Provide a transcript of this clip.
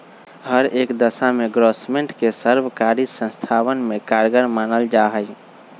हर एक दशा में ग्रास्मेंट के सर्वकारी संस्थावन में कारगर मानल जाहई